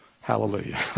Hallelujah